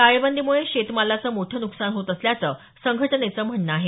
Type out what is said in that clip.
टाळेबंदीमुळे शेतमालाचं मोठं न्कसान होत असल्याचं संघटनेचं म्हणणं आहे